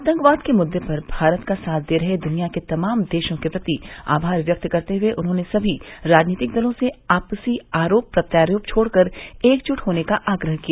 आतंकवाद के मुद्दे पर भारत का साथ दे रहे दुनिया के तमाम देशों के प्रति आभार व्यक्त करते हुए उन्होंने सभी राजनीतिक दलों से आपसी आरोप प्रत्यारोप छोड़ कर एकजुट होने का आग्रह किया